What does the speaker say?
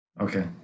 Okay